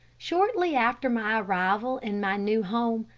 shortly after my arrival in my new home,